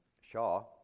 Shaw